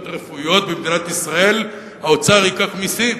רפואיות במדינת ישראל האוצר ייקח מסים,